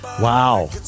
Wow